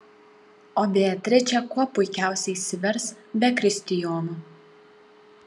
o beatričė kuo puikiausiai išsivers be kristijono